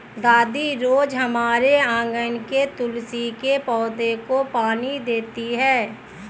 दादी रोज हमारे आँगन के तुलसी के पौधे को पानी देती हैं